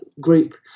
group